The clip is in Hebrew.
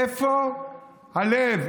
איפה הלב?